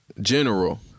general